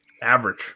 Average